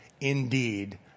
Indeed